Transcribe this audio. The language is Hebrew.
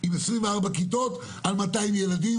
של 24 כיתות ל-200 ילדים,